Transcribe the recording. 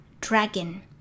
dragon